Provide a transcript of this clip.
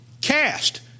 cast